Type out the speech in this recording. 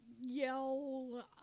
yell